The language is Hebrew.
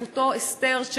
אסתר,